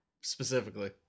specifically